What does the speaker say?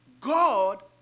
God